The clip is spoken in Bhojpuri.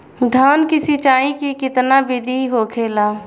धान की सिंचाई की कितना बिदी होखेला?